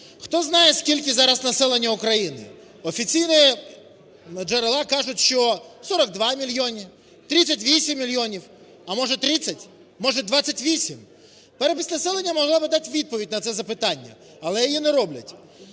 Хто знає, скільки зараз населення України? Офіційні джерела кажуть, що 42 мільйони, 39 мільйонів. А ,може, 30? Може, 28? Перепис населення могла би дати відповідь на це запитання. Але її не роблять.